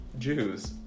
Jews